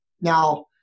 Now